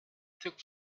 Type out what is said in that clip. took